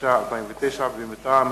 התש"ע 2009. לקריאה ראשונה,